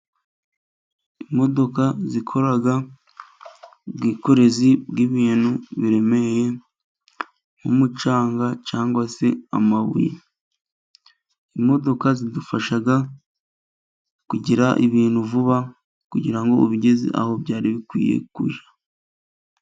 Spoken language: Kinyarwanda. Imodoka zikora ubwikorezi bw'ibintu biremereye, nk'umucanga cyangwa se amabuye. Imodoka zadufasha kugira ibintu vuba kugira ngo ubigeze aho byari bikwiye kujya.